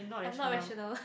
I'm not rational